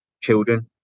children